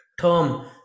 term